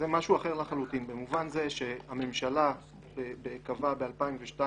זה משהו אחר לחלוטין במובן זה שהממשלה קבעה ב-2002,